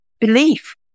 belief